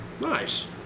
Nice